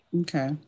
Okay